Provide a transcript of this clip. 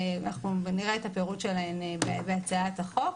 ואנחנו נראה את הפירוט שלהן בהצעת החוק.